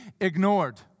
ignored